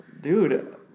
dude